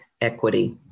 equity